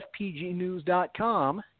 fpgnews.com